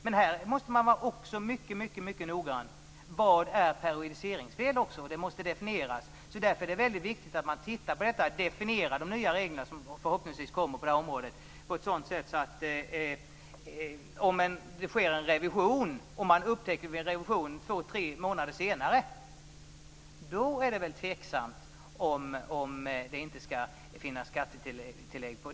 Men här måste man vara noggrann med vad periodiseringsfel innebär. Ordet måste definieras. Därför är det viktigt att definiera de regler - som förhoppningsvis kommer på området - på ett sådant sätt att om periodiseringsfel upptäcks vid en revision två tre månader senare kan det tas ut skattetillägg.